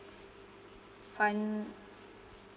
fun